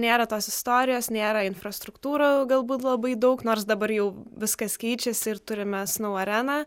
nėra tos istorijos nėra infrastruktūros galbūt labai daug nors dabar jau viskas keičiasi ir turime snou areną